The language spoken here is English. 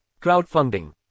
crowdfunding